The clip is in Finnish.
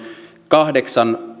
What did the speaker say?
kahdeksan